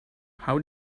how